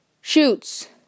Shoots